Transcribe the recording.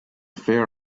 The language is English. fair